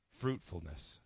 fruitfulness